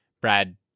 Brad